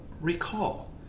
recall